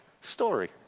story